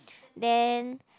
then